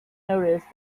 noticed